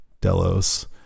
Delos